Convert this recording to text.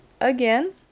again